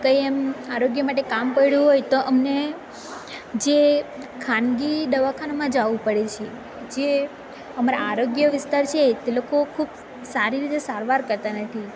કંઈ એમ આરોગ્ય માટે કામ પડ્યું હોય તો અમને જે ખાનગી દવાખાનામાં જવું પડે છે જે અમારા આરોગ્ય વિસ્તાર છે તે લોકો ખૂબ સારી રીતે સારવાર કરતા નથી